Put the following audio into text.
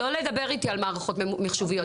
לא לדבר איתי על מערכות מחשוביות.